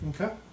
Okay